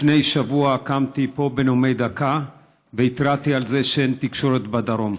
לפני שבוע קמתי פה בנאומי דקה והתרעתי על זה שאין תקשורת בדרום.